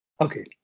Okay